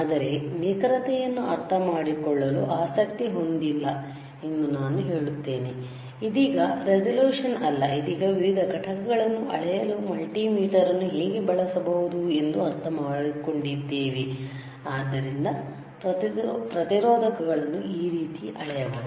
ಆದರೆ ನಿಖರತೆಯನ್ನು ಅರ್ಥಮಾಡಿಕೊಳ್ಳಲು ಆಸಕ್ತಿ ಹೊಂದಿಲ್ಲ ಎಂದು ನಾನು ಹೇಳುತ್ತೇನೆ ಇದೀಗ ರೆಸಲ್ಯೂಶನ್ ಅಲ್ಲ ಇದೀಗ ವಿವಿಧ ಘಟಕಗಳನ್ನು ಅಳೆಯಲು ಮಲ್ಟಿಮೀಟರ್ ಅನ್ನು ಹೇಗೆ ಬಳಸಬಹುದು ಎಂದು ಅರ್ಥಮಾಡಿಕೊಂಡಿದ್ದೇವೆ ಆದ್ದರಿಂದ ಪ್ರತಿರೋಧಕಗಳನ್ನು ಈ ರೀತಿ ಅಳೆಯಬಹುದು